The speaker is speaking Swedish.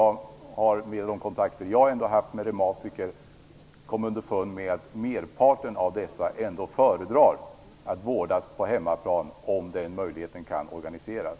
Genom de kontakter som jag har haft med reumatiker har jag kommit underfund med att merparten av dessa föredrar att vårdas på hemmaplan om den möjligheten kan erbjudas.